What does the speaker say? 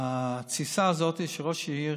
שההתססה הזאת של ראש העיר